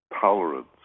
tolerance